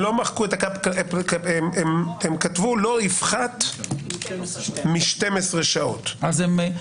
הם כתבו: לא יפחת מ-12 שעות.